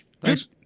Thanks